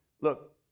look